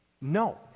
No